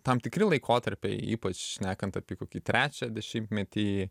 tam tikri laikotarpiai ypač šnekant apie kokį trečią dešimtmetį